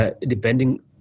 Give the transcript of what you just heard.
depending